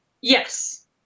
Yes